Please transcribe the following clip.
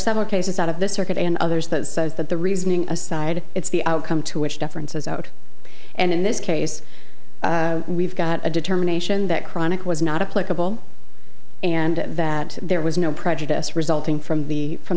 several cases out of the circuit and others that says that the reasoning aside it's the outcome to which deference is out and in this case we've got a determination that chronic was not a political and that there was no prejudice resulting from the from